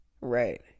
Right